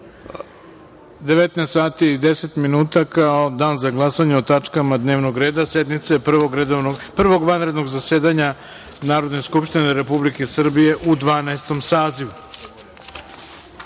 minuta kao Dan za glasanje o tačkama dnevnog reda sednice Prvog vanrednog zasedanja Narodne skupštine Republike Srbije u Dvanaestom